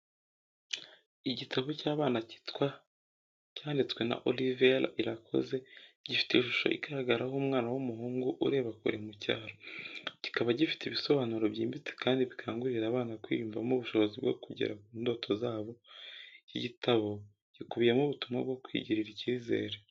Igitabo cy’abana cyitwa cyanditswe na Oliver Irakoze, gifite ishusho igaragaraho umwana w’umuhungu ureba kure mu cyaro, kikaba gifite ibisobanuro byimbitse kandi bikangurira abana kwiyumvamo ubushobozi bwo kugera ku ndoto zabo. Iki gitabo gikubiyemo ubutumwa bwo kwigirira icyizere.